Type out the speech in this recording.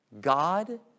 God